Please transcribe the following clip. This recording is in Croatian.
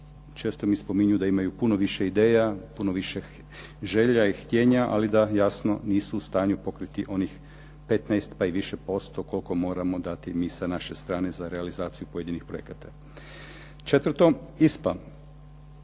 Često mi spominju da imaju puno više ideja, puno više želja i htjenja, ali jasno da nisu u stanju pokriti onih 15 pa i više posto koliko moramo dati mi sa naše strane za realizaciju pojedinih projekata. Četvrto. ISPA,